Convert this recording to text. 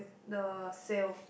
the sale